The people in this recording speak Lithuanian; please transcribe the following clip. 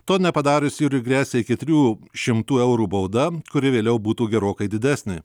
to nepadarius juriui gresia iki trijų šimtų eurų bauda kuri vėliau būtų gerokai didesnė